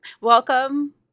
welcome